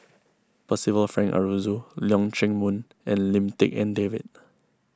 Percival Frank Aroozoo Leong Chee Mun and Lim Tik En David